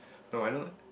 no I know what